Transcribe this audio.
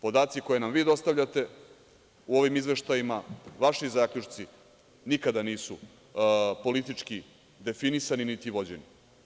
Podaci koje nam vi dostavljate u ovim izveštajima, vaši zaključci nikada nisu politički definisani niti vođeni.